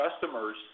customers